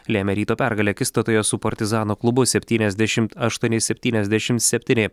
lėmė ryto pergalę akistatoje su partizano klubo septyniasdešimt aštuoni septyniasdešimt septyni